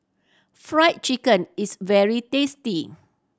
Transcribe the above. Fried Chicken is very tasty